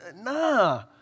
nah